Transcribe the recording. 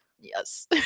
Yes